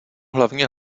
hlavně